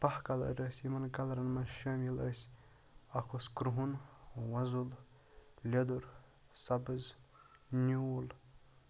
بہہ کَلَر ٲسۍ یِمَن کَلرَن مَنٛز شٲمِل ٲسۍ اکھ اوس کرٛہُن وۄزُل لیوٚدُر سبز نیوٗل